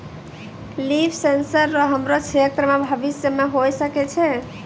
लिफ sensor रो हमरो क्षेत्र मे भविष्य मे होय सकै छै